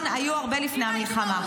------- היו הרבה לפני המלחמה.